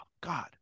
god